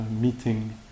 meeting